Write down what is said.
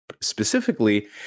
specifically